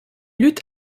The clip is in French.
lutte